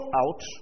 out